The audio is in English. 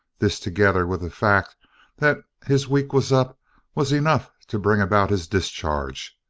this, together with the fact that his week was up was enough to bring about his discharge,